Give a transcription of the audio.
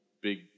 big